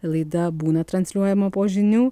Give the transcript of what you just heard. laida būna transliuojama po žinių